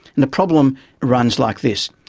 and the problem runs like this.